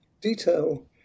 detail